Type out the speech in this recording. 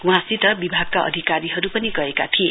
वहाँसित विभागका अधिकारीहरु पनि गएका थिए